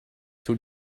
two